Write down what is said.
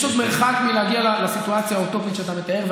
יש עוד מרחק עד לסיטואציה האוטופית שאתה מתאר,